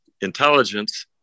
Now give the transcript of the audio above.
intelligence